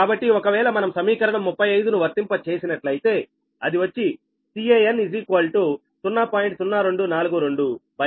కాబట్టి ఒకవేళ మనం సమీకరణం 35 ను వర్తింపచేసినట్లయితే అది వచ్చి Can 0